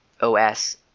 os